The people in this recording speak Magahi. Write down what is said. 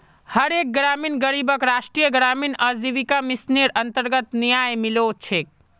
हर एक ग्रामीण गरीबक राष्ट्रीय ग्रामीण आजीविका मिशनेर अन्तर्गत न्याय मिलो छेक